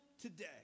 today